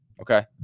Okay